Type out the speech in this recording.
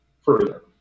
further